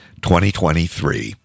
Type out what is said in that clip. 2023